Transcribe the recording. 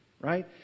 Right